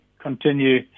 continue